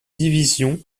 division